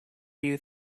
you